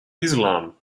islam